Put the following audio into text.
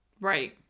Right